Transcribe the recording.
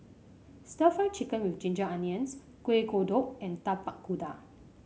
stir Fry Chicken with Ginger Onions Kuih Kodok and Tapak Kuda